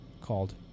called